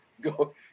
go